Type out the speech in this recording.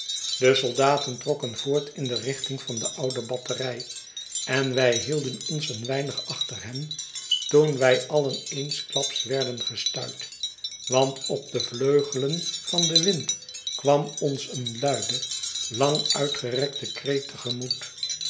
de soldaten trokken voort in de richting van de oude batterij en wij hielden ons een weinig achter hen toen wij alien eensklaps werden gestuit want op de vleugelen van den wind kwam ons een luide lang uitgerekte kreet